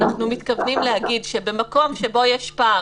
אנחנו מתכוונים להגיד שבמקום שבו יש פער